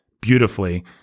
beautifully